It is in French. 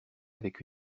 avec